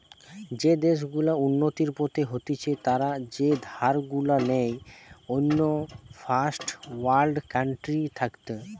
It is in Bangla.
যেই দেশ গুলা উন্নতির পথে হতিছে তারা যে ধার গুলা নেই অন্য ফার্স্ট ওয়ার্ল্ড কান্ট্রি থাকতি